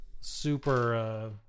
super